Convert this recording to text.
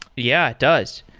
yeah, it does.